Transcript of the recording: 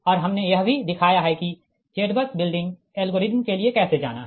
और हमने यह भी दिखाया है कि ZBUS बिल्डिंग एल्गोरिदम के लिए कैसे जाना है